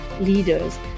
leaders